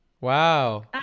Wow